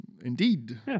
indeed